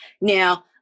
Now